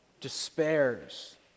despairs